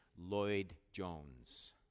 Lloyd-Jones